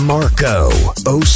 Marco